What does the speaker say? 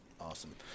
Awesome